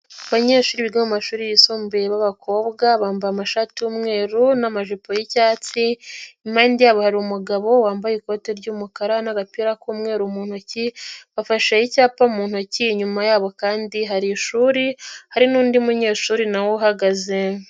Abanyeshuri biga mu mashuri yisumbuye b'abakobwa, bambaye amashati y'umweru n'amajipo y'icyatsi, imapande yabo hari umugabo wambaye ikote ry'umukara n'agapira k'umweru mu ntoki, afashe icyapa mu ntoki, inyuma yabo kandi hari ishuri, hari n'undi munyeshuri na we uhagaze.